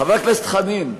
חבר הכנסת חנין,